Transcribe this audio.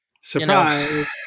surprise